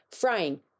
Frying